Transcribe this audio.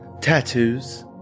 tattoos